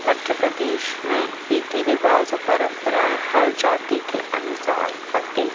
मध्य प्रदेश में रीति रिवाज़ और परम्पराएं हर जाति के अनुसार बटें